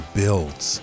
builds